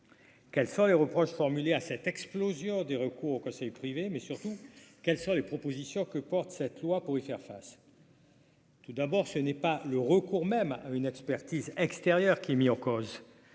Quels sont les reproches formulés à cette explosion des recours quoi c'est privé mais surtout quelles sont les propositions que porte cette loi pour y faire face. Tout d'abord ce n'est pas le recours même à une. Extérieure qui est mis en cause